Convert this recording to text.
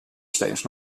steeds